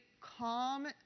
calm